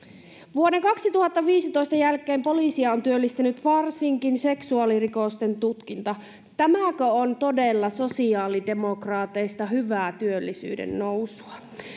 vuoden kaksituhattaviisitoista jälkeen poliisia on työllistänyt varsinkin seksuaalirikosten tutkinta tämäkö on todella sosiaalidemokraateista hyvää työllisyyden nousua